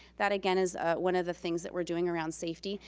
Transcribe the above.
that, again, is one of the things that we're doing around safety.